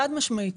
חד משמעית.